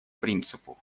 принципу